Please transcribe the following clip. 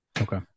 Okay